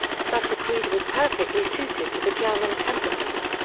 such a creed was perfectly suited to the german temperament.